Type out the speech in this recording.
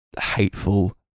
hateful